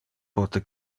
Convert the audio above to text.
pote